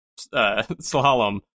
Slalom